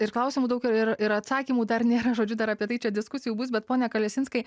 ir klausimų daug ir ir ir atsakymų dar nėra žodžiu dar apie tai čia diskusijų bus bet pone kalesinskai